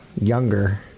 younger